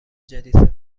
جدید